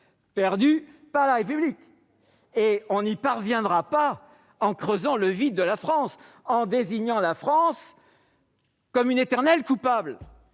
perdus par la République. Nous n'y parviendrons pas en creusant le vide de la France, en désignant la France comme une éternelle coupable,